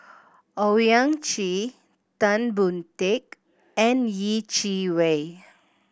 Owyang Chi Tan Boon Teik and Yeh Chi Wei